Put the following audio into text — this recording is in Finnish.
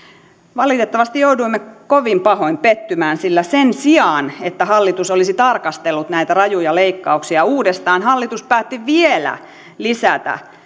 valitettavasti jouduimme kovin pahoin pettymään sillä sen sijaan että hallitus olisi tarkastellut näitä rajuja leikkauksia uudestaan hallitus päätti vielä lisätä